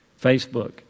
Facebook